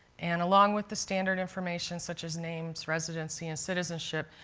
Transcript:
and along with the standard information such as names, residency, and citizenship,